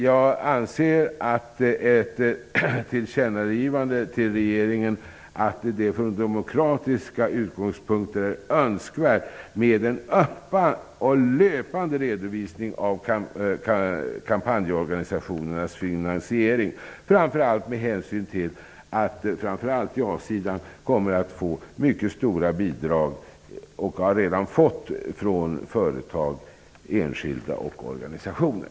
Jag anser att det är nödvändigt med ett tillkännagivande till regeringen att det från demokratiska utgångspunkter är önskvärt med en öppen och löpande redovisning av kampanjorganisationernas finansiering, framför allt med hänsyn till att speciellt ja-sidan kommer att få och redan har fått mycket stora bidrag från företag, enskilda och organisationer.